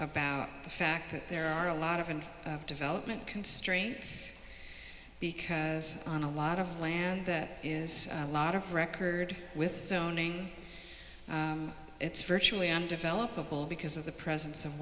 about the fact that there are a lot of in development constraints because on a lot of land that is a lot of record with zoning it's virtually undeveloped couple because of the presence of